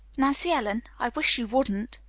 nancy ellen, i wish you wouldn't!